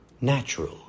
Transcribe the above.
natural